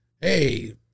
hey